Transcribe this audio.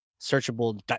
searchable